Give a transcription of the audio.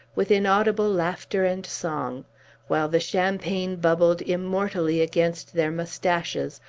with inaudible laughter and song while the champagne bubbled immortally against their moustaches,